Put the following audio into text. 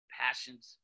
passions